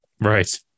Right